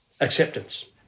acceptance